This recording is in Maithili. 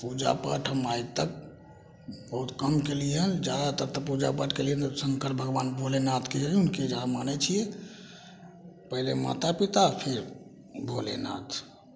पूजा पाठ हम आइ तक बहुत कम केलियै हन जादातर तऽ पूजा पाठ केलियै से शंकर भगवान भोलेनाथके हुनके यहाँ मानै छियै पहिले माता पिता फिर भोलेनाथ